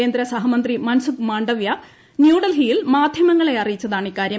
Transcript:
കേന്ദ്ര സഹമന്ത്രി മൻസുഖ് മാണ്ഡവ്യ ന്യൂഡൽഹിയിൽ മാധ്യമങ്ങളെ അറിയിച്ചതാണ് ഇക്കാര്യം